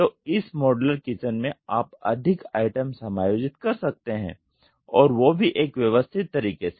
तो इस modular kitchen में आप अधिक आइटम समायोजित कर सकते हैं और वो भी एक व्यवस्थित तरीके से